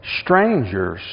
strangers